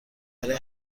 برای